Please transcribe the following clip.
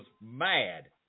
mad